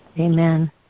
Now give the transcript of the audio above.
Amen